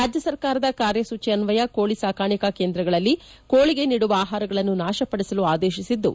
ರಾಜ್ಲ ಸರ್ಕಾರದ ಕಾರ್ಯಸೂಚಿ ಅನ್ವಯ ಕೋಳ ಸಾಕಾಣಿಕಾ ಕೇಂದ್ರಗಳಲ್ಲಿ ಕೋಳಿಗೆ ನೀಡುವ ಆಹಾರಗಳನ್ನು ನಾಶಪಡಿಸಲು ಅದೇಶಿಸಿದ್ದು